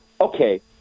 Okay